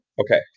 Okay